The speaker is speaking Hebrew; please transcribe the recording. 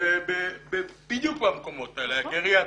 בדיוק במקומות האלה, הגריאטריים,